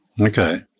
Okay